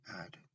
add